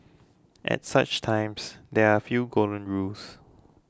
at such times there are a few golden rules